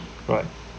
right